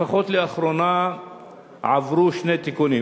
לפחות לאחרונה עברו שני תיקונים.